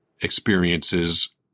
experiences